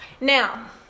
now